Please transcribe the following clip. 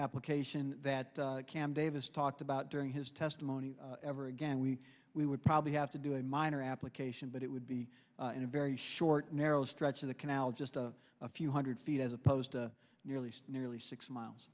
application that cam davis talked about during his testimony ever again we we would probably have to do a minor application but it would be in a very short narrow stretch of the canal just a few hundred feet as opposed to nearly nearly six miles